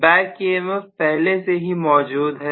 back emf पहले से ही मौजूद है